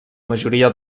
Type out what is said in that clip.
majoria